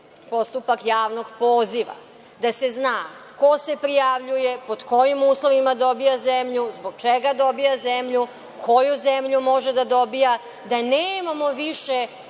postupak javnog poziva, da se zna ko se prijavljuje, pod kojim uslovima dobija zemlju, zbog čega dobija zemlju, koju zemlju može da dobija, da nemamo više